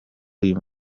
uyu